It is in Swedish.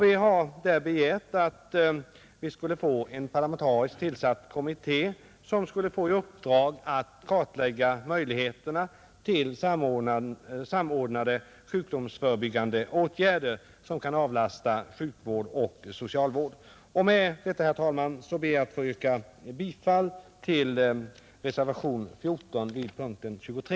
Vi har där begärt att en parlamentariskt sammansatt kommitté skulle få i uppdrag att utreda frågan om samordnade sjukdomsförebyggande åtgärder som kan avlasta sjukvård och socialvård, Med detta, herr talman, ber jag att få yrka bifall till reservationen 14 vid punkten 23.